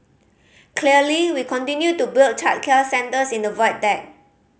clearly we continue to build childcare centres in the Void Deck